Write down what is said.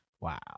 Wow